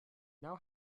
now